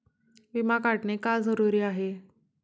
विमा काढणे का जरुरी आहे?